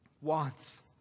wants